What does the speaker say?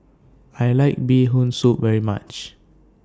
I like Bee Hoon Soup very much